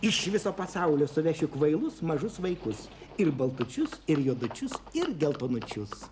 iš viso pasaulio suvešiu kvailus mažus vaikus ir baltučius ir juodučius ir geltonočius